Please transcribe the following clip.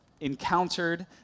encountered